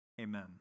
Amen